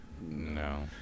No